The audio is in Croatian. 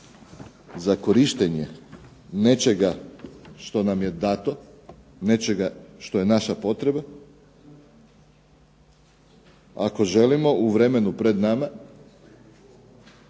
za korištenje nečega što nam je dato, nečega što je naša potreba, ako želimo u vremenu pred nama